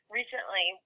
recently